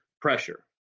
pressure